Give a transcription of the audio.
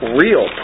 real